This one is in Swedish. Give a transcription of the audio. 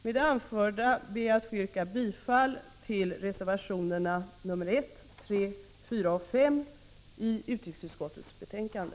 Med det anförda ber jag att få yrka bifall till reservationerna 1, 3, 4 och 5 i utrikesutskottets betänkande.